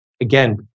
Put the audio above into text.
again